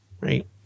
Right